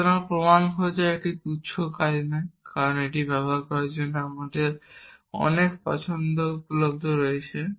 সুতরাং প্রমাণ খোঁজা একটি তুচ্ছ কাজ নয় কারণ এটি ব্যবহার করার জন্য আপনার কাছে অনেক পছন্দ উপলব্ধ রয়েছে